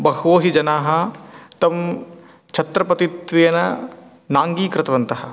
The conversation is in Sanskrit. बहवः हि जनाः तं छत्रपतित्वेन नाङ्गीकृतवन्तः